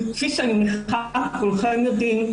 כפי שאני מניחה כולכם יודעים,